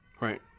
Right